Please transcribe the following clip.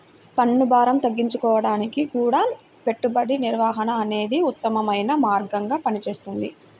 పన్నుభారం తగ్గించుకోడానికి గూడా పెట్టుబడి నిర్వహణ అనేదే ఉత్తమమైన మార్గంగా పనిచేస్తది